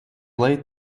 laid